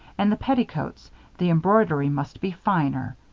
and the petticoats the embroidery must be finer.